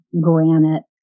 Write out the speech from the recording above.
granite